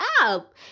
up